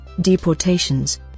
deportations